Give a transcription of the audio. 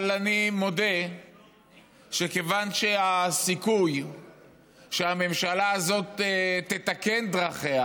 אבל אני מודה שכיוון שהסיכוי שהממשלה הזאת תתקן את דרכיה